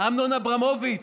אמנון אברמוביץ',